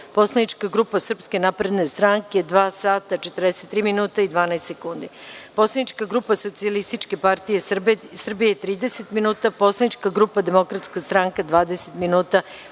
Poslanička grupa Srpska napredna stranka – dva sata, 43 minuta i 12 sekundi; Poslanička grupa Socijalistička partija Srbije – 30 minuta; Poslanička grupa Demokratska stranka – 20 minuta